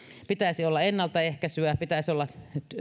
pitäisi olla ennaltaehkäisyä pitäisi olla